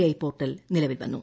I portal നിലവിൽ വന്നു